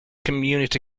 community